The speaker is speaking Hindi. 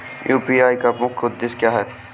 यू.पी.आई का मुख्य उद्देश्य क्या है?